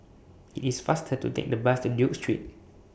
IT IS faster to Take The Bus to Duke Street